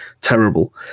terrible